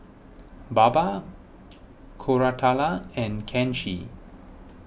Baba Koratala and Kanshi